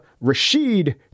Rashid